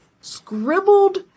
scribbled